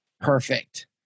Perfect